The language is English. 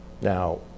Now